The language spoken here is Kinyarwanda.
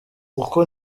uko